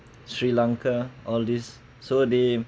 sri lanka all this so they